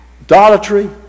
idolatry